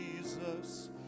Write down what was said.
Jesus